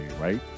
right